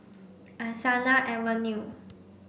Angsana Avenue